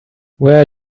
where